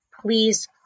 Please